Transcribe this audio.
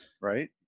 Right